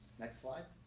next slide.